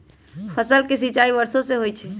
फसल के सिंचाई वर्षो से होई छई